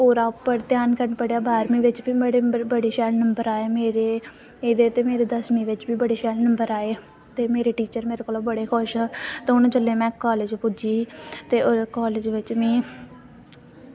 ते होर बड़ा ध्यान कन्नै पढ़ेआ बारहमीं बिच ते नुहाड़े मड़ो बड़े शैल नंबर आये मेरे ओह्दे ते मेरे दसमीं बिच बी शैल नंबर आए ते मेरे टीचर मेरे कोला बड़े खुश ते हून में जेल्लै कॉलेज़ पुज्जी ते कॉलेज़ बिच में